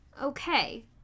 Okay